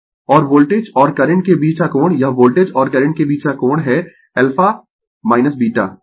और वोल्टेज और करंट के बीच का कोण यह वोल्टेज और करंट के बीच का कोण है α β ठीक है